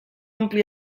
ompli